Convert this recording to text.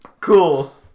Cool